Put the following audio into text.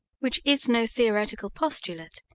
which is no theoretical postulate,